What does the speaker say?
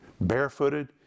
Barefooted